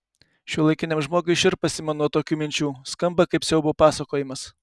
šiuolaikiniam žmogui šiurpas ima nuo tokių minčių skamba kaip siaubo pasakojimas